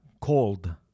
Cold